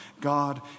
god